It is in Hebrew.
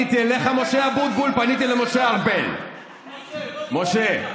לך, ואני אומר לכם, אנחנו, משה, משה,